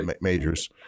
majors